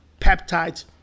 peptides